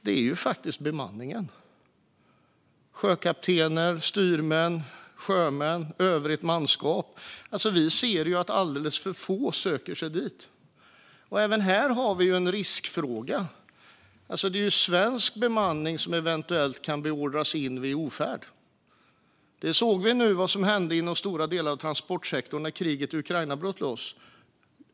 Det gäller bemanningen - sjökaptener, styrmän, sjömän och övrigt manskap. Vi ser att det är alldeles för få som söker sig dit. Även här har vi en riskfråga. Det är ju svensk bemanning som eventuellt kan beordras in vid ofärd. Vi såg vad som hände inom stora delar av transportsektorn när kriget i Ukraina bröt ut.